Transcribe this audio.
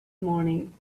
morning